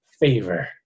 favor